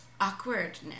awkwardness